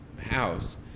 house